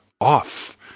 off